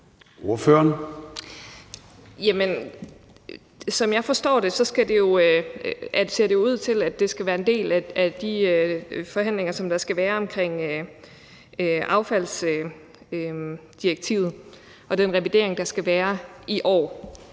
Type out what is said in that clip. Som jeg forstår det, ser det ud til, at det skal være en del af de forhandlinger, der skal være omkring affaldsdirektivet og den revidering, der skal være i år.